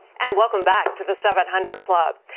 and welcome back to the seven hundred club.